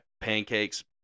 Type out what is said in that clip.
Pancakes